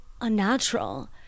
unnatural